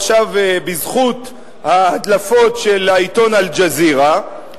עכשיו בזכות ההדלפות של העיתון "אל-ג'זירה"